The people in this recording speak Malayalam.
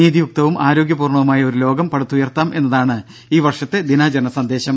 നീതിയുക്തവും ആരോഗ്യപൂർണവുമായ ഒരു ലോകം പടുത്തുയർത്താം എന്നതാണ് ഈ വർഷത്തെ ദിനാചരണ സന്ദേശം